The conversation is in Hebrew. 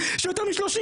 כאילו אני כלום,